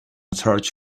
search